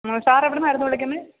sir എവിടുന്നായിരുന്നു വിളിക്കുന്നത്